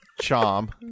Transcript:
charm